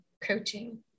coaching